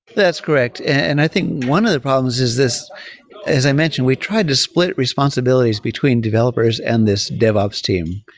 that's correct. and i think one of the problems is this as i mentioned, we tried to split responsibilities between developers and this dev ops team.